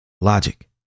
logic